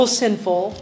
sinful